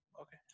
okay